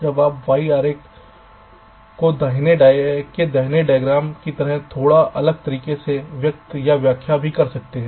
अब इस वाई आरेख को दाहिने डायग्राम के तरह थोड़ा अलग तरीके से व्यक्त या व्याख्या भी कर सकते है